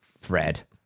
Fred